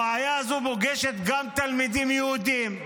הבעיה הזו פוגשת גם תלמידים יהודים,